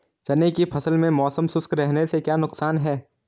चने की फसल में मौसम शुष्क रहने से क्या नुकसान है?